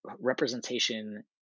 representation